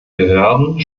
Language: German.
behörden